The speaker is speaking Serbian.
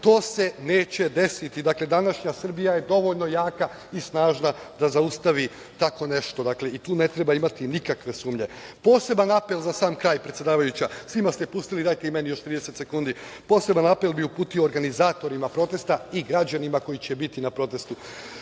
To se neće desiti. Dakle, današnja Srbija je dovoljno jaka i snažna da zaustavi tako nešto i tu ne treba imati nikakve sumnje. Poseban apel za sam kraj… Predsedavajuća, svima ste pustili, dajte i meni još 30 sekundi. Poseban apel bi uputio organizatorima protesta i građanima koji će biti na protestu.